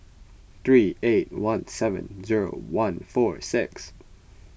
three eight one seven zero one four six